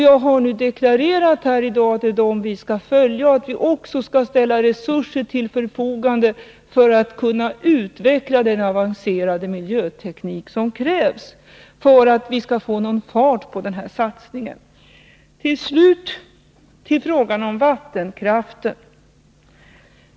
Jag har deklarerat här i dag att det är dessa normer vi skall följa, och att vi också skall ställa resurser till förfogande för att kunna utveckla den avancerade miljöteknik som krävs för att få någon fart på denna satsning. Slutligen till frågan om vattenkraften.